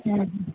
ହୁଁ